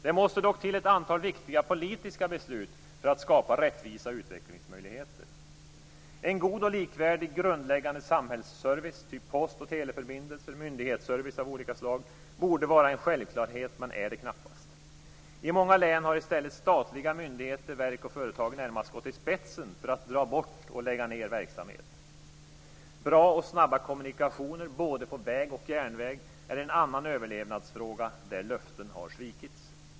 Det måste dock till ett antal viktiga politiska beslut för att skapa rättvisa och utvecklingsmöjligheter. En god och likvärdig grundläggande samhällsservice av typen post och teleförbindelser och myndighetsservice av olika slag borde vara en självklarhet men är det knappast. I många län har i stället statliga myndigheter, verk och företag närmast gått i spetsen för att dra bort och lägga ned verksamhet. Bra och snabba kommunikationer både på väg och järnväg är en annan överlevnadsfråga där löften har svikits.